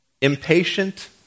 impatient